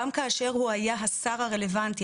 גם כאשר הוא היה השר הרלוונטי,